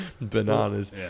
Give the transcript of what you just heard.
Bananas